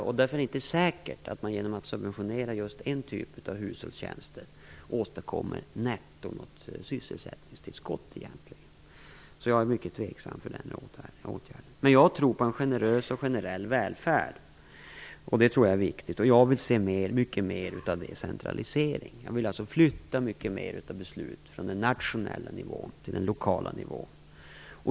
Det är ju inte säkert att man åstadkommer ett nettosysselsättningstillskott genom att subventionera en typ av hushållstjänster. Därför är jag mycket tveksam till en sådan åtgärd. Men jag tror på en generös och generell välfärd. Det tror jag är viktigt, och jag vill se mycket mer av decentralisering. Jag vill alltså att beslut i mycket större utsträckning skall flyttas från den nationella till den lokala nivån.